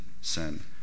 sin